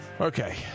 Okay